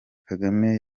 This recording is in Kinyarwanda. kagame